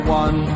one